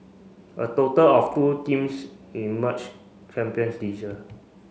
a total of two teams emerged champions this year